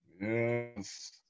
yes